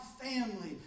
family